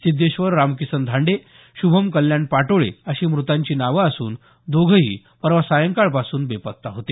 सिद्धेश्वर रामकिसन धांडे शुभम कल्याण पाटोळे अशी मृतांची नावं असून दोघेही परवा सायंकाळपासून बेपत्ता होते